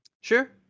Sure